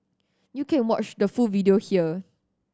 you can watch the full video here